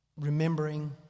remembering